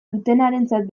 dutenarentzat